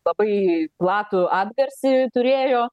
labai platų atgarsį turėjo